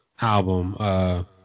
album